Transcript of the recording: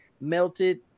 melted